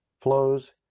flows